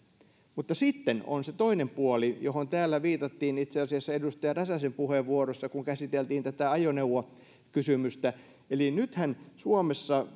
mutta sitten on se toinen puoli johon täällä viitattiin itse asiassa edustaja räsäsen puheenvuorossa kun käsiteltiin tätä ajoneuvokysymystä eli nythän suomessa